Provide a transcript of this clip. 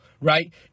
right